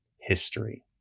history